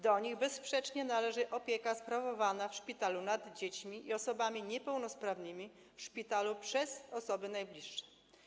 Do nich bezsprzecznie należy opieka sprawowana w szpitalu nad dziećmi i osobami niepełnosprawnymi przez osoby najbliższe.